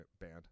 band